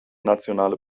nationale